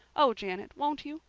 oh, janet, won't you?